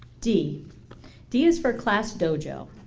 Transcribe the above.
d d is for classdojo.